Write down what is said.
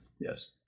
Yes